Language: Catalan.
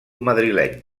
madrileny